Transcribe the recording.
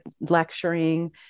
lecturing